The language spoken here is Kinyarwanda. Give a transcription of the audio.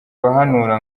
abahanura